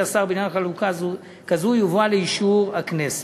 השר בעניין חלוקה כזו יובא לאישור הכנסת.